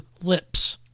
Lips